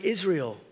Israel